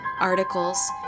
articles